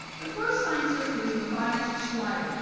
the first scientist was matthias schleiden,